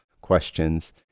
questions